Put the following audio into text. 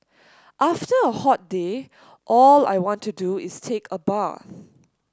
after a hot day all I want to do is take a bath